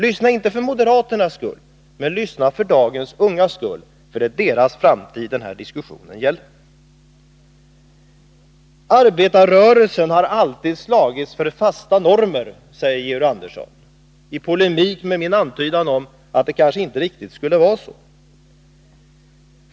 Lyssna inte för moderaternas skull men för dagens ungdomars skull, för det är deras framtid denna diskussion gäller. Arbetarrörelsen har alltid slagits för fasta normer, framhåller Georg Andersson, i polemik med min antydan om att det kanske inte riktigt skulle vara så.